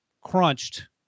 crunched